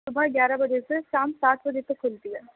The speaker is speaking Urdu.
صبح گیارہ بجے سے شام سات بجے تک کھلتی ہے